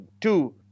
two